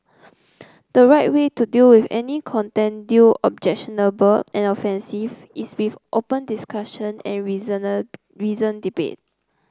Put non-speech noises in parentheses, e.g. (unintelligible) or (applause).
the right way to deal with any content (unintelligible) objectionable and offensive is with open discussion and (unintelligible) reasoned debate